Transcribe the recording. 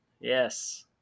Yes